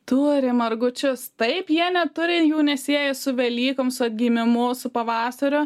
turi margučius taip jie neturi jų nesieja su velykom su atgimimu su pavasariu